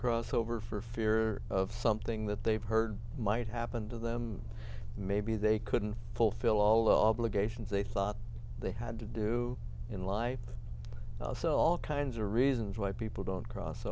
cross over for fear of something that they've heard might happen to them maybe they couldn't fulfill all well obliteration so they thought they had to do in life also all kinds of reasons why people don't cross